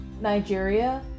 Nigeria